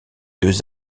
deux